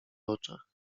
oczach